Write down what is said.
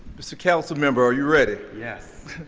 mr. councilmember, are you ready. yes.